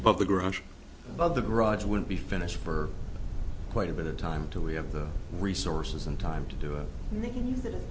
above the garage above the garage will be finished for quite a bit of time to we have the resources and time to do it and they can use